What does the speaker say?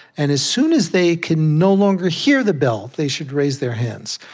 and as soon as they can no longer hear the bell, they should raise their hands.